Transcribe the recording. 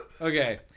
Okay